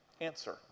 answer